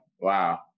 Wow